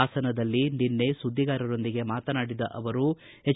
ಹಾಸನದಲ್ಲಿ ನಿನ್ನೆ ಸುದ್ದಿಗಾರರೊಂದಿಗೆ ಮಾತನಾಡಿದ ಅವರು ಎಚ್